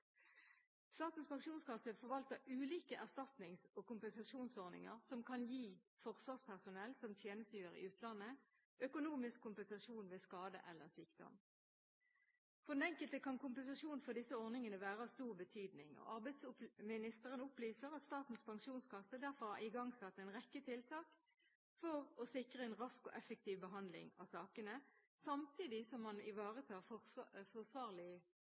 Statens pensjonskasse. Statens pensjonskasse forvalter ulike erstatnings- og kompensasjonsordninger som kan gi forsvarspersonell som tjenestegjør i utlandet, økonomisk kompensasjon ved skade eller sykdom. For den enkelte kan kompensasjon fra disse ordningene være av stor betydning. Arbeidsministeren opplyser at Statens pensjonskasse derfor har igangsatt en rekke tiltak for å sikre en rask og effektiv behandling av sakene, samtidig som man ivaretar forsvarlig